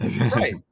Right